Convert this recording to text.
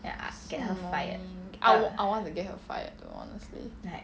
so annoying I will I want to get her fired though honestly